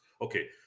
Okay